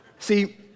See